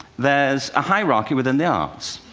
there's a hierarchy within the arts.